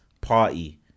party